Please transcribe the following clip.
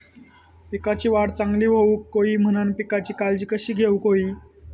पिकाची वाढ चांगली होऊक होई म्हणान पिकाची काळजी कशी घेऊक होई?